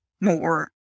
more